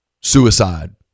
suicide